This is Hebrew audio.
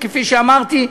כפי שאמרתי,